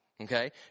okay